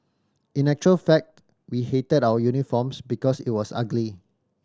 in actual fact we hated our uniforms because it was ugly